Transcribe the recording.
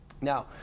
Now